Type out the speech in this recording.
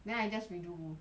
then I just redo